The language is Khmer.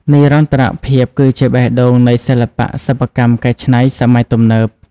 និរន្តរភាពគឺជាបេះដូងនៃសិល្បៈសិប្បកម្មកែច្នៃសម័យទំនើប។